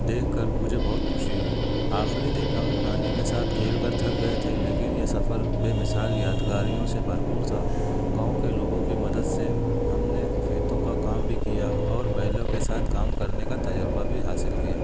دیکھ کر مجھے بہت خوشی ہوئی آخری دن ہم نانی کے ساتھ کھیل کر تھک گئے تھے لیکن یہ سفر بےمثال یادگاریوں سے بھرپور تھا گاؤں کے لوگوں کی مدد سے ہم نے کھیتوں کا کام بھی کیا اور بیلوں کے ساتھ کام کرنے کا تجربہ بھی حاصل کیا